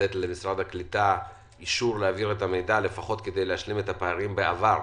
לתת למשרד הקליטה אישור להעביר את המידע כדי להשלים את הפערים בעבר.